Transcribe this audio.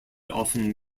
often